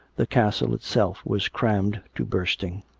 the castle itself was crammed to bursting.